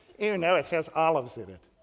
and no, it has olives in it.